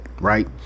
right